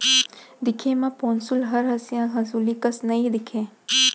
दिखे म पौंसुल हर हँसिया हँसुली कस नइ दिखय